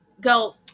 Go